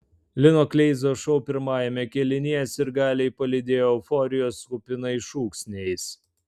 lino kleizos šou pirmajame kėlinyje sirgaliai palydėjo euforijos kupinais šūksniais